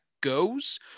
goes